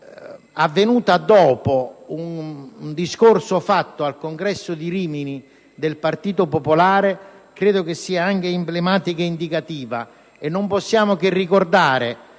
avvenuta dopo un discorso fatto al congresso di Rimini del Partito Popolare, è emblematica ed indicativa. Non possiamo che ricordare